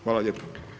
Hvala lijepo.